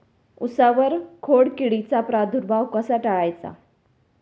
उसावर खोडकिडीचा प्रादुर्भाव कसा टाळायचा?